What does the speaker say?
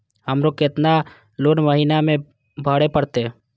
हमरो केतना लोन महीना में भरे परतें?